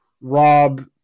Rob